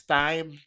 time